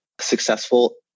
successful